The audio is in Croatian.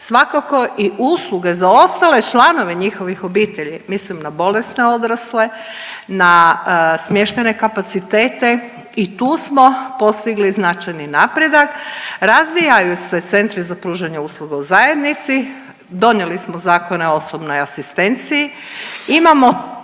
svakako i usluge za ostale članove njihovih obitelji, mislim na bolesne odrasle, na smještajne kapacitete i tu smo postigli značajni napredak, razvijaju se centri za pružanje usluga u zajednici, donijeli smo zakone o osobnoj asistenciji, imamo